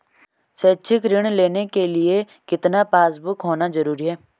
शैक्षिक ऋण लेने के लिए कितना पासबुक होना जरूरी है?